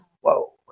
whoa